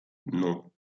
non